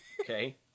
Okay